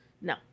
No